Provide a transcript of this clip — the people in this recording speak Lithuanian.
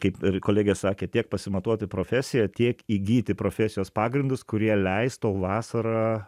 kaip ir kolegė sakė tiek pasimatuoti profesiją tiek įgyti profesijos pagrindus kurie leis tau vasarą